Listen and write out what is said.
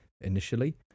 initially